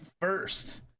first